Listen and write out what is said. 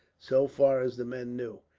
so far as the men knew.